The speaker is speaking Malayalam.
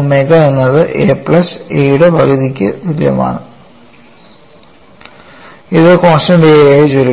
ഒമേഗ എന്നത് A പ്ലസ് A യുടെ പകുതിയ്ക്ക് തുല്യമാണ് അത് കോൺസ്റ്റൻസ് A ആയി ചുരുങ്ങുന്നു